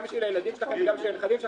גם בשביל הילדים שלכם וגם בשביל הנכדים שלכם,